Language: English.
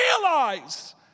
realize